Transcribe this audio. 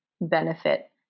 benefit